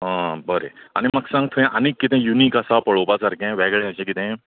आं बरें आनी म्हाका सांग थंय आनी कितें युनीक आसा पळोवपा सारकें वेगळें अशें कितें